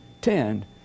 Ten